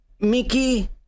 Mickey